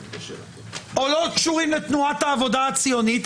או לתנועת העבודה הציונית,